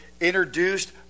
introduced